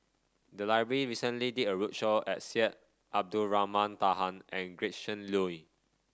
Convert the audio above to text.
the library recently did a roadshow at Syed Abdulrahman Taha and Gretchen Liu